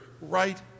right